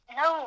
no